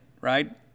right